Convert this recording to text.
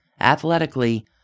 athletically